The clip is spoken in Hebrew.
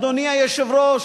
אדוני היושב-ראש,